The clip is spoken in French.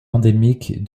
endémique